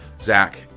Zach